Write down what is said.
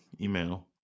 email